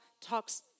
talks